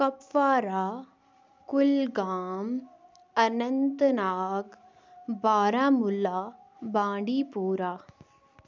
Kupwara Kulgam Anantnag Baramulla بانڈی پورہ